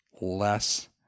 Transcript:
less